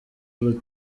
ari